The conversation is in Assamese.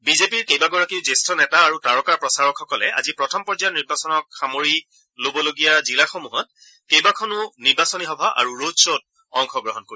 বি জে পিৰ কেইবাগৰাকীও জ্যেষ্ঠ নেতা আৰু তাৰকা প্ৰচাৰকসকলে আজি প্ৰথম পৰ্যায়ৰ নিৰ্বাচনত সামৰি লবলগীয়া জিলাসমূহত কেইবাখনো নিৰ্বাচনী সভা আৰু ৰডখ্বত অংশগ্ৰহণ কৰিব